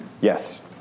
Yes